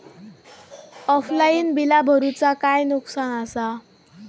Offline बिला भरूचा काय नुकसान आसा?